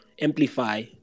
amplify